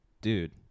Dude